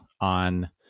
on